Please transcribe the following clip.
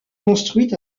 construit